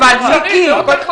באמת.